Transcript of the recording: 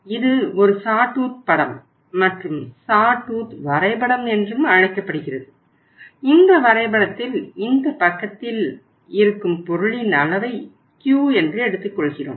இது ஒரு sawtooth வரைபடம் என்று அழைக்கப்படுகிறது இந்த வரைபடத்தில் இந்த பக்கத்தில் இருக்கும் பொருளின் அளவை Q என்று எடுத்துக்கொள்கிறோம்